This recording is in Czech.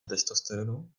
testosteronu